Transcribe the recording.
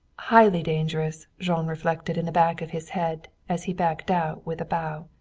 highly dangerous, jean reflected in the back of his head as he backed out with a bow.